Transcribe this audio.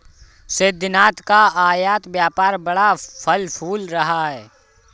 सिद्धिनाथ का आयत व्यापार बड़ा फल फूल रहा है